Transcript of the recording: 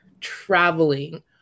traveling